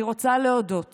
אני רוצה להודות